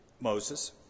Moses